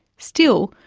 still,